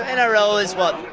and nrl is, what,